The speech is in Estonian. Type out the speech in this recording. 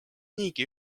niigi